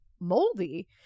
moldy